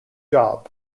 job